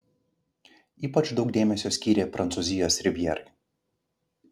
ypač daug dėmesio skyrė prancūzijos rivjerai